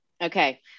Okay